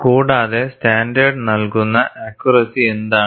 കൂടാതെ സ്റ്റാൻഡേർഡ് നൽകുന്ന ആക്യൂറസി എന്താണ്